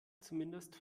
zumindest